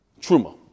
Truma